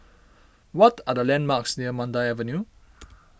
what are the landmarks near Mandai Avenue